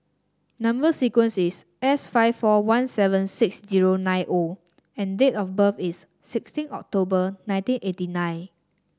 number sequence is S five four one seven six zero nine O and date of birth is sixteen October nineteen eighty nine